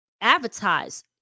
advertise